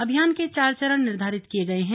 अभियान के चार चरण निर्धारित किए गए हैं